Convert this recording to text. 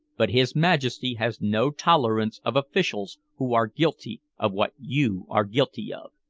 but his majesty has no tolerance of officials who are guilty of what you are guilty of.